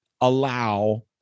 allow